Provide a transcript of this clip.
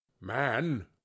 Man